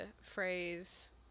phrase